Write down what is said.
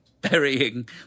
burying